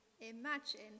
imagine